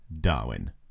Darwin